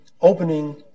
opening